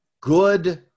good